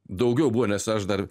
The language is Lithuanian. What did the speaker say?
daugiau buvo nes aš dar